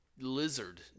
lizard